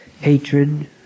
hatred